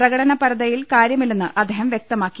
പ്രകടപരതയിൽ കാര്യമില്ലെന്ന് അദ്ദേഹം വൃക്തമാക്കി